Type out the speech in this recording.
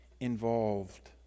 involved